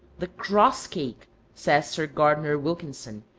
the cross-cake says sir gardner wilkinson,